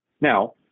Now